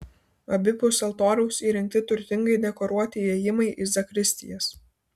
abipus altoriaus įrengti turtingai dekoruoti įėjimai į zakristijas